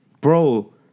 bro